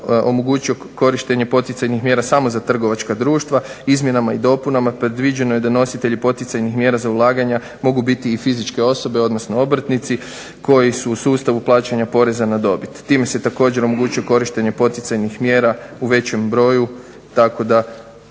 omogućio korištenje poticajnih mjera samo za trgovačka društva, izmjenama i dopunama predviđeno je da nositelji poticajnih mjera za ulaganja mogu biti i fizičke osobe odnosno obrtnici koji su u sustavu plaćanja poreza na dobit. Time se također omogućuje korištenje poticajnih mjera u većem broju tako da